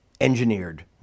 engineered